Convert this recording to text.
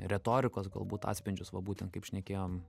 retorikos galbūt atspindžius va būtent kaip šnekėjom